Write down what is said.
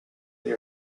they